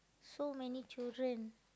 so many children